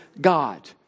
God